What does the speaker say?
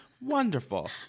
Wonderful